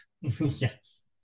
Yes